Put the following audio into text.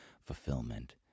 fulfillment